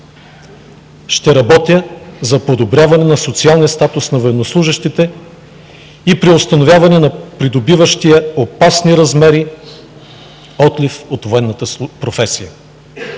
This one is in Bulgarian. Ще работя за подобряване на социалния статус на военнослужещите и преустановяване на придобиващия опасни размери отлив от военната професия.